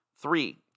Three